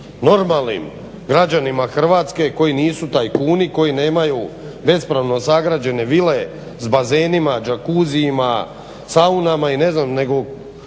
normalnim građanima Hrvatske koji nisu tajkuni koji nemaju bespravno sagrađene vile s bazenima, jacuzzijima, saunama i ne znam nego